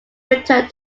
returned